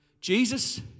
Jesus